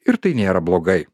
ir tai nėra blogai